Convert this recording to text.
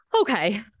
Okay